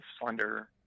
slender